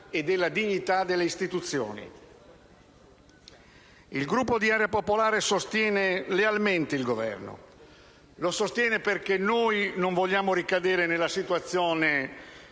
e della dignità delle istituzioni. Il Gruppo Area Popolare sostiene lealmente il Governo. Lo sostiene perché noi non vogliamo ricadere nella situazione